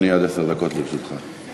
בפניו כמה בעיות בלשכות של משרד הפנים,